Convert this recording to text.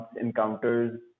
encounters